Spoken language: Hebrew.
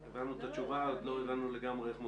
הבנו את התשובה, עוד לא הבנו לגמרי איך מודדים.